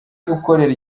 gukorera